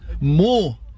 more